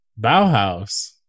Bauhaus